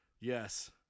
Yes